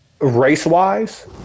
race-wise